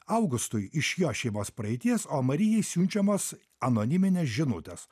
augustui iš jo šeimos praeities o marijai siunčiamos anoniminės žinutės